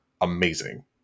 amazing